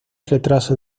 retraso